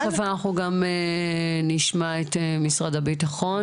תיכף אנחנו גם נשמע את משרד הביטחון.